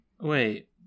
wait